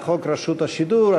לחוק רשות השידור.